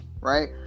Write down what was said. right